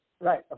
right